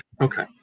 Okay